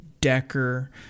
Decker